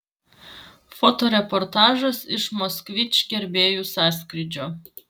fotoreportažas iš moskvič gerbėjų sąskrydžio